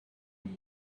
and